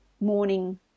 morning